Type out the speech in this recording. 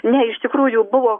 ne iš tikrųjų buvo